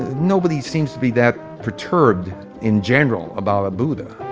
nobody seems to be that perturbed in general about a buddha